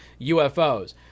UFOs